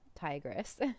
tigress